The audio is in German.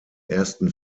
ersten